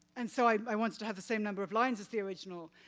and so i wanted to have the same number of lines as the original.